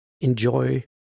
enjoy